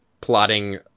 plotting